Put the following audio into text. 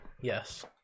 Yes